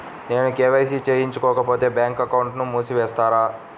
నేను కే.వై.సి చేయించుకోకపోతే బ్యాంక్ అకౌంట్ను మూసివేస్తారా?